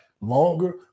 longer